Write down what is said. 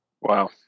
wow